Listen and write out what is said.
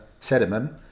sediment